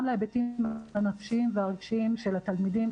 להיבטים הנפשיים והרגשיים של התלמידים,